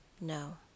No